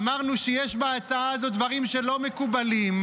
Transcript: אמרנו שיש בהצעה הזאת דברים שלא מקובלים,